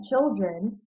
children